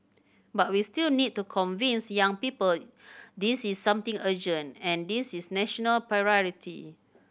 but we still need to convince young people this is something urgent and this is national priority